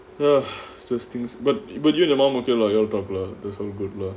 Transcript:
he just thinks but but you and your mom okay lah you all talk lah there's so good lah